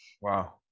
Wow